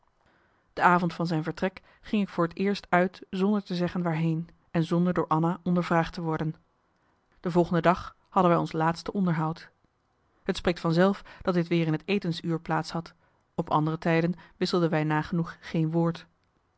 de avond van zijn vertrek ging ik voor t eerst uit zonder te zeggen waarheen en zonder door anna ondervraagd te worden de volgende dag hadden wij ons laatste onderhoud het spreekt van zelf dat dit weer in het etensuur plaats had op andere tijden wisselden wij nagenoeg geen woord